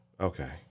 Okay